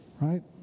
right